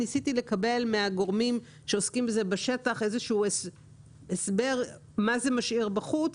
ניסיתי לקבל מהגורמים שעוסקים בזה בשטח איזשהו הסבר מה זה משאיר בחוץ.